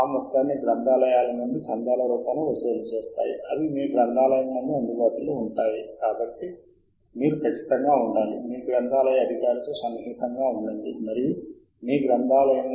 అంటే web science నుండి ఎండ్ నోట్లోకి సాహిత్య శోధనకి కావలసిన అంశాలను ను ఎంచుకోవడానికి మనము ఇప్పుడు మన ఫోల్డర్తో సిద్ధంగా ఉన్నాము ఆ తరువాత మనకు నచ్చిన ఆకృతిలో ఎగుమతి మనం చేయవచ్చు